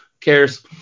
cares